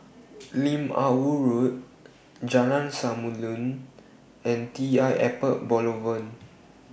Lim Ah Woo Road Jalan Samulun and T L Airport Boulevard